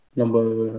number